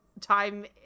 time